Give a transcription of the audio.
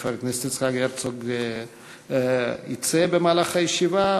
חבר הכנסת יצחק הרצוג יצא במהלך הישיבה.